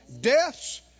Deaths